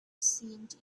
seemed